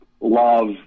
love